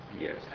Yes